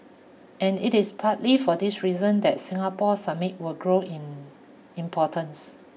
and it is partly for this reason that Singapore Summit will grow in importance